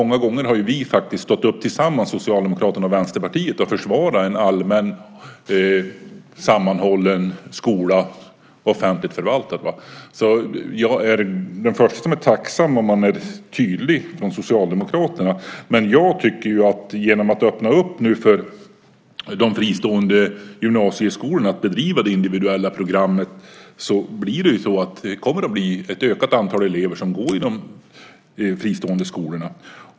Många gånger har faktiskt Socialdemokraterna och Vänsterpartiet stått upp tillsammans och försvarat en allmän och sammanhållen skola som är offentligt förvaltad. Jag är därför den förste som är tacksam om man är tydlig från Socialdemokraterna. Men jag tycker att genom att nu öppna upp för de fristående gymnasieskolorna att bedriva det individuella programmet kommer det att bli ett ökat antal elever som går i de fristående skolorna.